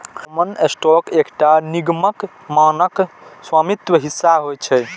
common stock एकटा निगमक मानक स्वामित्व हिस्सा होइ छै